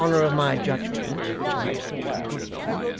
for the honour of my judgment, which i had thought a good one,